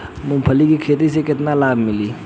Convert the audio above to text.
मूँगफली के खेती से केतना लाभ मिली?